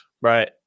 right